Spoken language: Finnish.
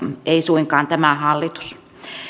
ei suinkaan tämä hallitus